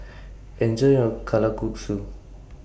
Enjoy your Kalguksu